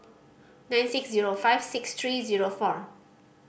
nine six zero five six three zero four